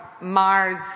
Mars